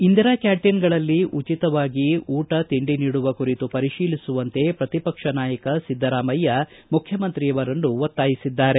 ಇಂದಿರಾ ಕ್ಯಾಂಟೀನ್ಗಳಲ್ಲಿ ಉಚಿತವಾಗಿ ಊಟ ತಿಂಡಿ ನೀಡುವ ಕುರಿತು ಪರಿಶೀಲಿಸುವಂತೆ ಪ್ರತಿ ಪಕ್ಷ ನಾಯಕ ಸಿದ್ದರಾಮಯ್ಯ ಮುಖ್ಯಮಂತ್ರಿಯವರನ್ನು ಒತ್ತಾಯಿಸಿದ್ದಾರೆ